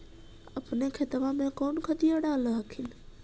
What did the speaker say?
अपने खेतबा मे कौन खदिया डाल हखिन?